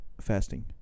fasting